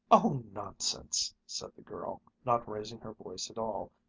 oh, nonsense! said the girl, not raising her voice at all,